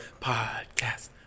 podcast